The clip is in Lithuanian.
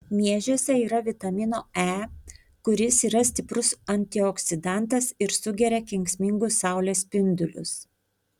miežiuose yra vitamino e kuris yra stiprus antioksidantas ir sugeria kenksmingus saulės spindulius